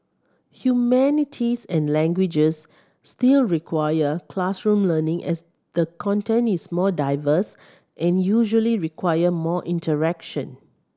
humanities and languages still require classroom learning as the content is more diverse and usually require more interaction